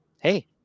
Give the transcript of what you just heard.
hey